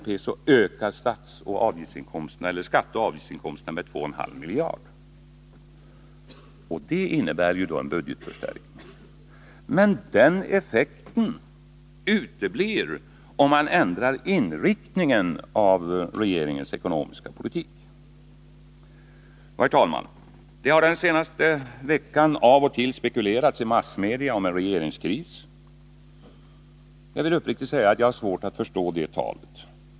På detta sätt förstärks budgeten. Men den effekten uteblir om man ändrar inriktningen av regeringens ekonomiska politik. Herr talman! Det har den senaste veckan av och till spekulerats i massmedia om en regeringskris. Jag vill uppriktigt säga att jag har svårt att förstå det talet.